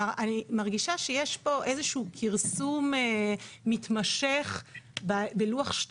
אני מרגישה פה איזשהו כרסום מתמשך בלוח2.